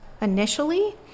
initially